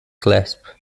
clasp